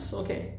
okay